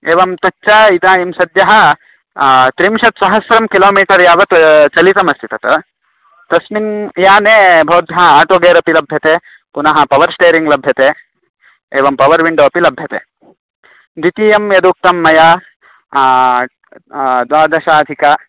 एवं तच्च इदानीं सद्यः त्रिंशत्सहस्रं किलोमिटर् यावत् चलितमस्ति तत् तस्मिन् याने भवद्भ्यः आटो गेरपि लभ्यते पुनः पवर् स्टेरिङ्ग् लभ्यते एवं पवर् विण्डो अपि लभ्यते द्वितीयं यदुक्तं मया द्वादशाधिकम्